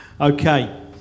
Okay